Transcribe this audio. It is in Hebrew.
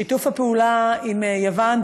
שיתוף הפעולה עם יוון,